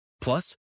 Plus